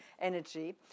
energy